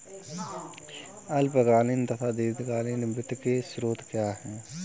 अल्पकालीन तथा दीर्घकालीन वित्त के स्रोत क्या हैं?